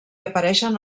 apareixen